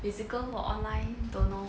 physical or online don't know